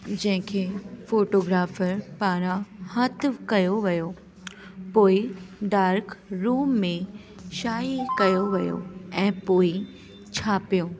जंहिंखे फ़ोटोग्राफ़र पारां हथु कयो वियो पोइ डार्क रूम में शाही कयो वियो ऐं पोइ छापियो